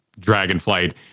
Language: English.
Dragonflight